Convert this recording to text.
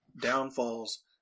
downfalls